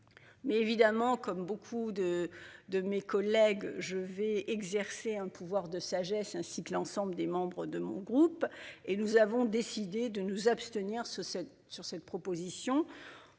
Mais évidemment comme beaucoup de de mes collègues, je vais exercer un pouvoir de sagesse, ainsi que l'ensemble des membres de mon groupe et nous avons décidé de nous abstenir ce cette sur cette proposition.